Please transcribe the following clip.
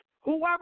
whoever